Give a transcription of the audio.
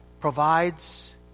provides